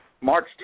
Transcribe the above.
March